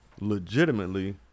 legitimately